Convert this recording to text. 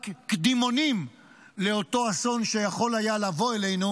רק קדימונים לאותו אסון שיכול היה לבוא אלינו